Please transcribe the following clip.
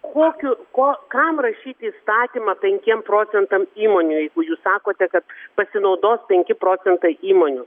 kokių ko kam rašyti įstatymą penkiem procentam įmonių jeigu jūs sakote kad pasinaudos penki procentai įmonių